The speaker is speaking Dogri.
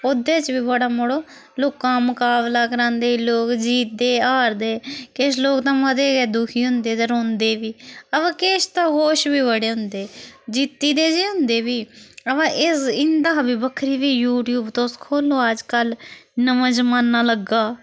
ओह्दे च बी बड़ा मड़ो लोकां मकाबला करांदे लोक जित्तदे हारदे किश लोक तां मते गै दुखी होंदे ते रोंदे बी अवा केश तां खुश बी बड़े होंदे जित्ती दे जे होंदे फ्ही अवा इस इंदा हा बी बक्खरी फ्ही यूट्यूब तुस खोलो हां अज्जकल नमां जमाना लग्गा